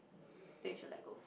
then you should let go